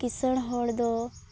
ᱠᱤᱸᱥᱟᱹᱲ ᱦᱚᱲ ᱫᱚ